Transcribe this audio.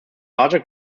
larger